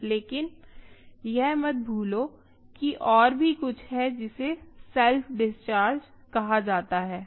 लेकिन यह मत भूलो कि और भी कुछ है जिसे सेल्फ डिस्चार्ज कहा जाता है